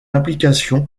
implication